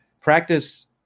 practice